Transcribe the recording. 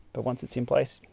but once it's in place,